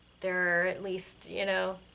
there are at least, you know,